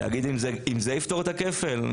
להגיד אם זה יפתור את הכפל,